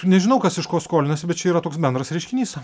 nežinau kas iš ko skolinasi bet čia yra toks bendras reiškinys